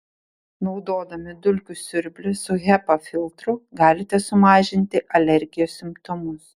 naudodami dulkių siurblį su hepa filtru galite sumažinti alergijos simptomus